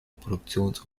produktions